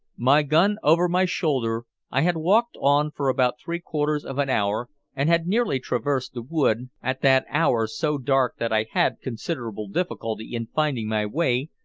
my gun over my shoulder, i had walked on for about three-quarters of an hour, and had nearly traversed the wood, at that hour so dark that i had considerable difficulty in finding my way,